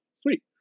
Sweet